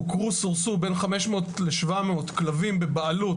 עוקרו או וסורסו 700-500 כלבים בבעלות,